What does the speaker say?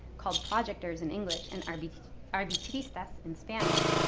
called projectors in english and arbitristas arbitristas in spanish,